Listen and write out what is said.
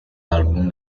album